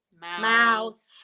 mouth